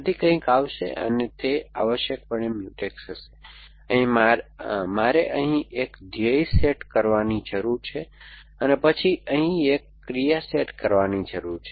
તેથી કંઈક આવશે અને તે આવશ્યકપણે મ્યુટેક્સ હશે મારે અહીં એક ધ્યેય સેટ કરવાની જરૂર છે અને પછી અહીં એક ક્રિયા સેટ કરવાની જરૂર છે